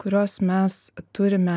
kuriuos mes turime